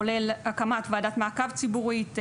כולל הקמת וועדת מעקב ציבורית,